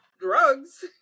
drugs